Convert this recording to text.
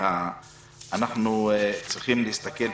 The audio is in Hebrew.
אנחנו צריכים להסתכל,